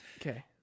Okay